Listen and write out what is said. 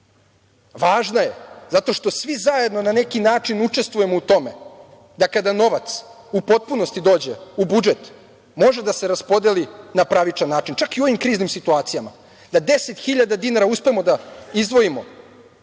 Važna je, zato što svi zajedno na neki način učestvujemo u tome da kada novac u potpunosti dođe u budžet, može da se raspodeli na pravičan način. Čak i u ovim kriznim situacijama. Da 10.000 dinara uspemo da izdvojimo,